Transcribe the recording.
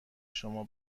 شما